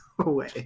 away